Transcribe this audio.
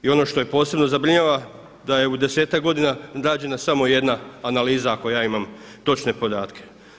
I ono što posebno zabrinjava da je u desetak godina građena samo jedna analiza ako ja imam točne podatke.